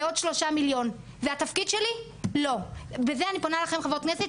לעוד שלושה מיליון והתפקיד שלי לא וזה אני פונה אליכם חברי הכנסת,